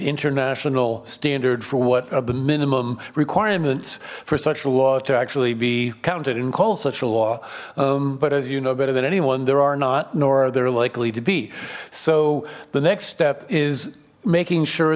international standard for what are the minimum requirements for such a law to actually be counted and call such a law but as you know better than anyone there are not nor are there likely to be so the next step is making sure